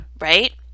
right